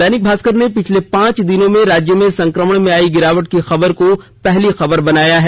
दैनिक भास्कर ने पिछले पांच दिनों में राज्य में संक्रमण में आयी गिरावट की खबर को पहली खबर बनाया है